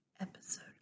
episode